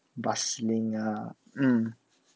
bustling lah mm